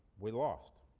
we lost.